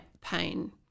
pain